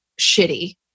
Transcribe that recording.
shitty